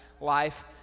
life